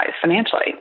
financially